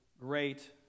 great